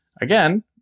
again